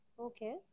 Okay